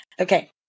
Okay